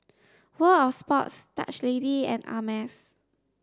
World Of Sports Dutch Lady and Ameltz